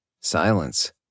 Silence